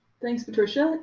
thanks, patricia